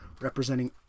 representing